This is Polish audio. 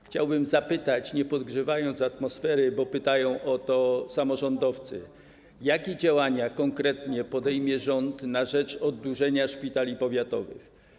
Chciałbym zapytać, nie podgrzewając atmosfery, bo pytają o to samorządowcy, jakie konkretnie działania podejmie rząd na rzecz oddłużenia szpitali powiatowych.